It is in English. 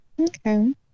Okay